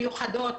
המיוחדות,